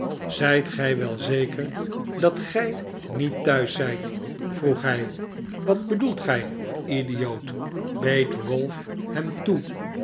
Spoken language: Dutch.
zijt gij wel zeker dat gij niet thiiis zijt vroeg hij wat bedoelt gij idioot beet ralph hem toe